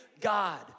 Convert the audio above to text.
God